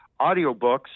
audiobooks